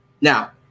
now